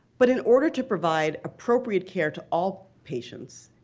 but in order to provide appropriate care to all patients,